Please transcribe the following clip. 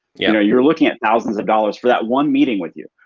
you know you're looking at thousands of dollars for that one meeting with you.